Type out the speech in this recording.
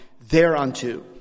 thereunto